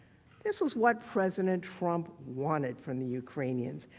this is what president trump wanted from the ukrainians.